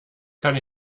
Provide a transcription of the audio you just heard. kann